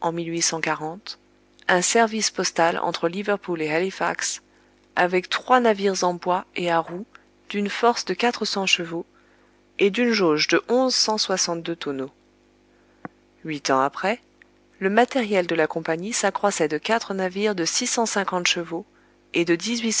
en un service postal entre liverpool et halifax avec trois navires en bois et à roues d'une force de quatre cents chevaux et d'une jauge de onze cent soixante-deux tonneaux huit ans après le matériel de la compagnie s'accroissait de quatre navires de six cent cinquante chevaux et de dix-huit